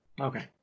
Okay